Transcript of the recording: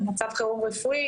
מצב חירום רפואי